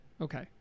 Okay